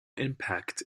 impact